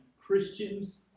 Christians